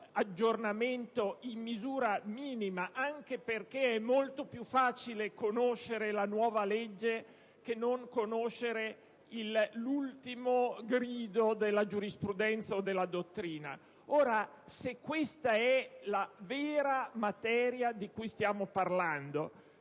aggiornamento in misura minima, anche perché è molto più facile conoscere la nuova legge che non conoscere l'ultimo grido della giurisprudenza o della dottrina. Ora, se questa è la vera materia di cui stiamo parlando,